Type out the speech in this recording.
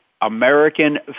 American